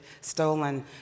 stolen